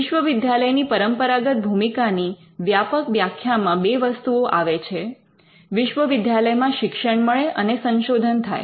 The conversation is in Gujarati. વિશ્વવિદ્યાલયની પરંપરાગત ભૂમિકાની વ્યાપક વ્યાખ્યા માં બે વસ્તુઓ આવે છે વિશ્વવિદ્યાલયમા શિક્ષણ મળે અને સંશોધન થાય